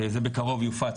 וזה בקרוב יופץ,